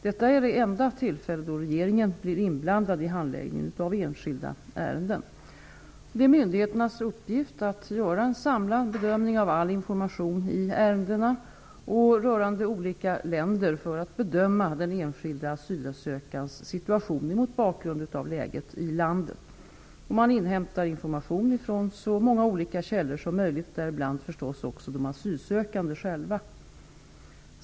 Detta är det enda tillfälle då regeringen blir inblandad i handläggningen av enskilda ärenden. Det är myndigheternas uppgift att göra en samlad bedömning av all information i ärendena och rörande olika länder för att bedöma den enskilda asylsökandens situation mot bakgrund av läget i landet. Man inhämtar information från så många olika källor som möjligt, däribland förstås också de asylsökande själva.